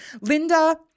Linda